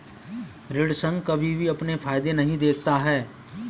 ऋण संघ कभी भी अपने फायदे नहीं देखता है